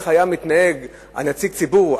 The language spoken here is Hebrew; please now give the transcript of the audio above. היה מתנהג נציג הציבור,